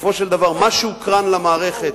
בסופו של דבר, מה שהוקרן למערכת